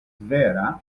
vera